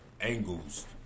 angles